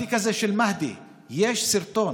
ובתיק הזה של מהדי יש סרטון.